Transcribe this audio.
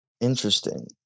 Interesting